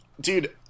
Dude